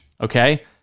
okay